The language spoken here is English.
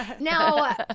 Now